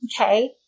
okay